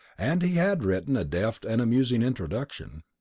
and he had written a deft and amusing introduction.